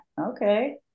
Okay